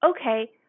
okay